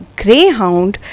greyhound